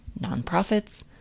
nonprofits